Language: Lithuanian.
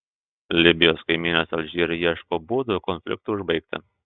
libijos kaimynės alžyre ieško būdų konfliktui užbaigti